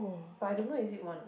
but I don't know is it one